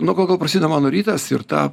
nu ko ko prasideda mano rytas ir tą